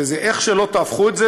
שאיך שלא תהפכו את זה,